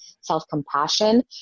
self-compassion